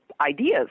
ideas